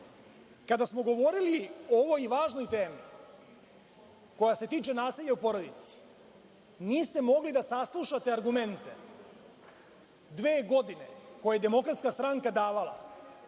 smo govorili o ovoj važnoj temi koja se tiče nasilja u porodici, niste mogli da saslušate argumente, dve godine, koje je DS davala